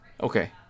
Okay